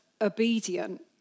obedient